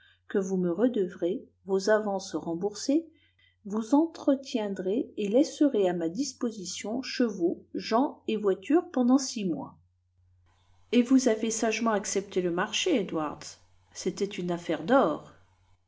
que vous me redevrez vos avances remboursées vous entretiendrez et laisserez à ma disposition chevaux gens et voitures pendant six mois et vous avez sagement accepté le marché edwards c'était une affaire d'or